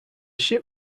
ship